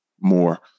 more